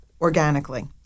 organically